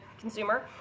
consumer